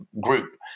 group